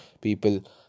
people